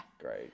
Great